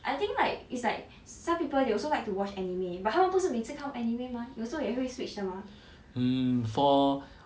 I think like it's like some people they also like to watch anime but how 他们不是每次看 anime mah 有时候也会 switch 的 mah